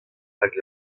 hag